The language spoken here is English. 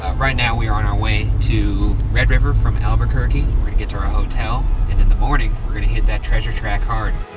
ah right now we are on our way to red river from albuquerque. we're gonna get to our hotel, and in the morning, we're gonna hit that treasure track hard.